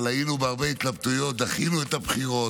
היינו בהרבה התלבטויות, דחינו את הבחירות,